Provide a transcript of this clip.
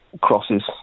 crosses